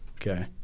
Okay